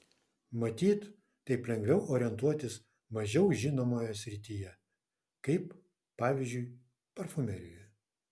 matyt taip lengviau orientuotis mažiau žinomoje srityje kaip pavyzdžiui parfumerijoje